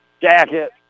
jacket